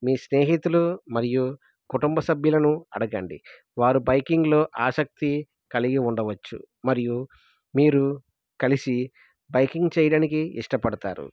మీ స్నేహితులు మరియు కుటుంబ సభ్యులను అడగండి వారు బైకింగ్లో ఆసక్తి కలిగి ఉండవచ్చు మరియు మీరు కలిసి బైకింగ్ చేయడానికి ఇష్టపడతారు